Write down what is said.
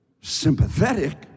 sympathetic